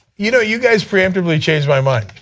you know, you guys preemptively changed my mind.